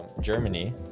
Germany